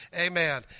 Amen